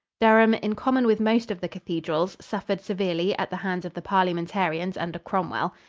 durham, in common with most of the cathedrals, suffered severely at the hands of the parliamentarians under cromwell.